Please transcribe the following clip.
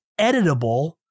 editable